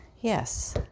Yes